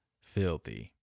filthy